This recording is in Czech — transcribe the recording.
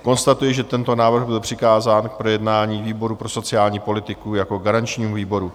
Konstatuji, že tento návrh byl přikázán k projednání výboru pro sociální politiku jako garančnímu výboru.